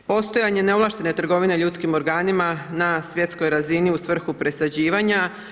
Postojanje neovlaštene trgovine ljudskim organima na svjetskoj razini u svrhu presađivanja.